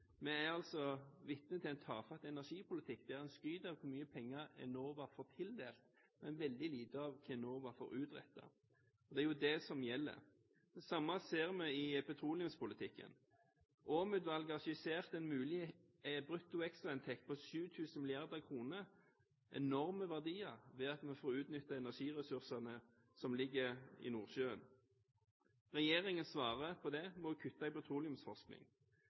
Vi er altså vitne til en tafatt energipolitikk, der en skryter av hvor mye penger Enova har fått tildelt, men veldig lite av hva Enova får utrettet – og det er jo det som gjelder. Det samme ser vi i petroleumspolitikken. Åm-utvalget skisserte en mulig brutto ekstrainntekt på 7 000 mrd. kr – enorme verdier – ved at vi får utnytte energiressursene som ligger i Nordsjøen. Regjeringen svarer på det med å kutte i